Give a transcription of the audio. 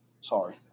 Sorry